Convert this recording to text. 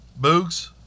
Boogs